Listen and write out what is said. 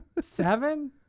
seven